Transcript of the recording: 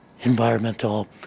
environmental